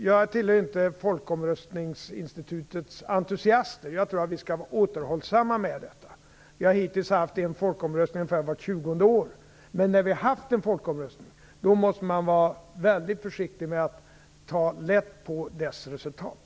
Jag tillhör inte folkomröstningsinstitutets entusiaster. Jag tror att vi skall vara återhållsamma med det. Vi har hittills haft en folkomröstning ungefär vart tjugonde år. Men när vi har haft en folkomröstning, då måste vi vara väldigt försiktiga med att ta lätt på dess resultat.